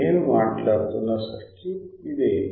నేను మాట్లాడుతున్న సర్క్యూట్ ఇదే